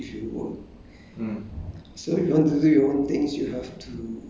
what you want to do because the time you sell to other people if you work